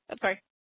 sorry